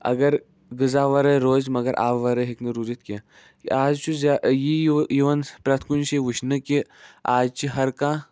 اَگر غذا وَرٲے روزِ مَگر آبہٕ وَرٲے ہٮ۪کہِ نہٕ روٗزِتھ کیٚنہہ کہِ آز چھُ یہِ یِوان پرٮ۪تھ کُنہِ جایہِ وُچھنہٕ کہِ آز چھُ ہَر کانہہ